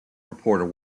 reporter